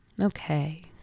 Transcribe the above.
okay